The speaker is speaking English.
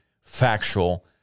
factual